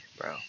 bro